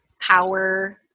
power